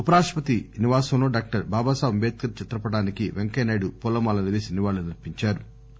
ఉపరాష్టపతి నివాసంలో డాక్టర్ బాబాసాహెబ్ అంబేద్కర్ చిత్రపటానికి వెంకయ్యనాయుడు పూలమాలలు వేసి నివాళులర్పించారు